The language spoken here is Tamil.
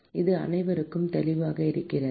இது அனைவருக்கும் தெளிவாக இருக்கிறதா